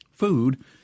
food